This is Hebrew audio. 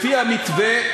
לפי המתווה,